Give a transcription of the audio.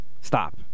Stop